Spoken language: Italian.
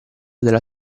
della